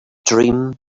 dream